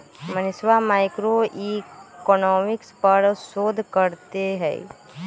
मनीषवा मैक्रोइकॉनॉमिक्स पर शोध करते हई